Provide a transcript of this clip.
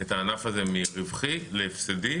את הענף הזה מרווחי להפסדי.